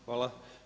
Hvala.